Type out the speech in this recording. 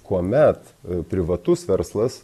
kuomet privatus verslas